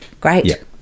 Great